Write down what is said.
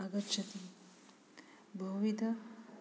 आगच्छति बहुविधं